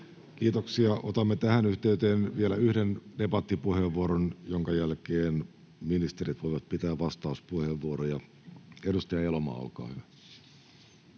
Kiitoksia. — Otamme tähän yhteyteen vielä yhden debattipuheenvuoron, jonka jälkeen ministerit voivat pitää vastauspuheenvuoroja. — Edustaja Elomaa, olkaa hyvä.